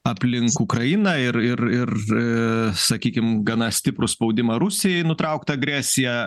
aplink ukrainą ir ir ir sakykim gana stiprų spaudimą rusijai nutraukt agresiją